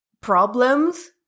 problems